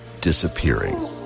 disappearing